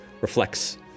reflects